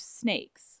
snakes